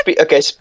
okay